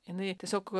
jinai tiesiog